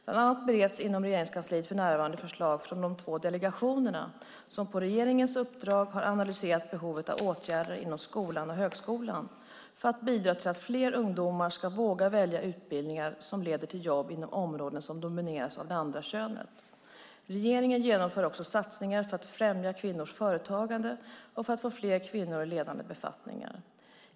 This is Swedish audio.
Bland annat bereds inom Regeringskansliet för närvarande förslag från de två delegationer som på regeringens uppdrag har analyserat behov av åtgärder inom skolan och högskolan för att bidra till att fler ungdomar ska våga välja utbildningar som leder till jobb inom områden som domineras av det andra könet. Regeringen genomför också satsningar för att främja kvinnors företagande och för att få fler kvinnor i ledande befattningar.